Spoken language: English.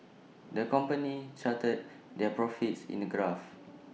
the company charted their profits in A graph